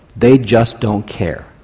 they just don't care.